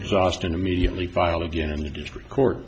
exhaust and immediately file again in the district court